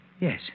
Yes